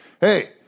hey